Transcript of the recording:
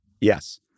Yes